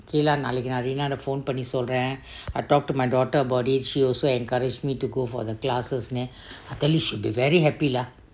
okay lah நாளைக்கே:naalikkee rina uh phone பண்ணி சொல்றீ:panni solree I talked to my daughter about she also encouraged me to go for the classes lah I tell you she will be very happy lah